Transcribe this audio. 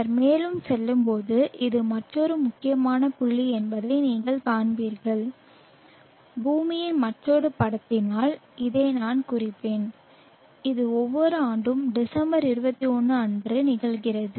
பின்னர் மேலும் செல்லும்போது இது மற்றொரு முக்கியமான புள்ளி என்பதை நீங்கள் காண்பீர்கள் பூமியின் மற்றொரு படத்தினால் இதை நான் குறிப்பேன் இது ஒவ்வொரு ஆண்டும் டிசம்பர் 21 அன்று நிகழ்கிறது